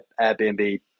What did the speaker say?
Airbnb